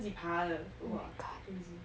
自己爬的 !wah! crazy